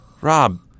Rob